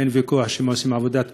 אין ויכוח שהם עושים עבודת קודש,